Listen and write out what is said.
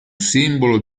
simbolo